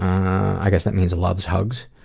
i guess that means loves hugs.